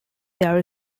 there